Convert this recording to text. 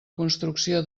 construcció